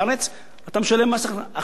אתה משלם מס חברות רגיל.